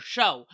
Show